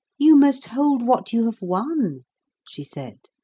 you must hold what you have won she said,